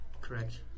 correct